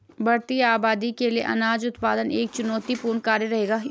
बढ़ती आबादी के लिए अनाज उत्पादन एक चुनौतीपूर्ण कार्य रहेगा